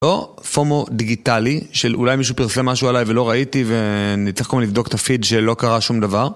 או פומו דיגיטלי של אולי מישהו פרסם משהו עליי ולא ראיתי ואני צריך קודם לבדוק את הפיד שלא קרה שום דבר